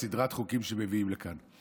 סדרת החוקים שמביאים לכאן.